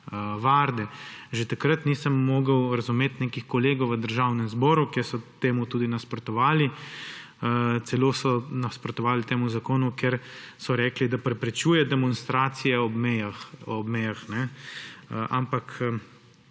varde. Že takrat nisem mogel razumeti nekih kolegov v Državnem zboru, ki so temu tudi nasprotovali. Celo so nasprotovali temu zakonu, ker so rekli, da preprečuje demonstracije ob mejah. Jaz